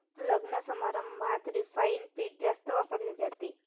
लग्नसमारंभात रिफाइंड पीठ जास्त वापरले जाते